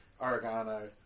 oregano